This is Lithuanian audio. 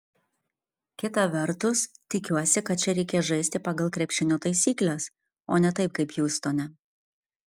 kita vertus tikiuosi kad čia reikės žaisti pagal krepšinio taisykles o ne taip kaip hjustone